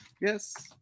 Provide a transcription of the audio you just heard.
Yes